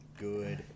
good